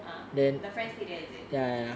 ah the friend stay there is it